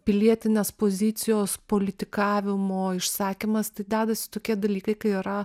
pilietinės pozicijos politikavimo išsakymas tai dedasi tokie dalykai kai yra